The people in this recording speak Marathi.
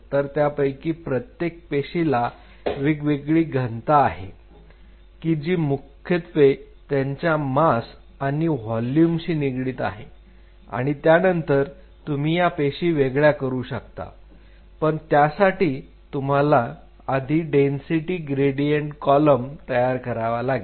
तर यापैकी प्रत्येक पेशीला वेगवेगळी घनता आहे की जी मुख्यत्वे त्यांच्या मास आणि व्हॉल्युमशी निगडित आहे आणि त्यानंतर तुम्ही या पेशी वेगळ्या करू शकता पण त्यासाठी तुम्हाला आधी डेन्सिटी ग्रेडियंट कॉलम तयार करावा लागेल